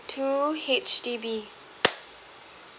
two H_D_B